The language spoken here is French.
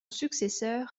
successeur